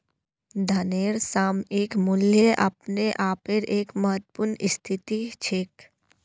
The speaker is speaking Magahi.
धनेर सामयिक मूल्य अपने आपेर एक महत्वपूर्ण स्थिति छेक